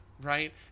right